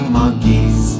monkeys